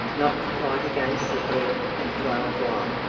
not to fight against the ebb and flow of life,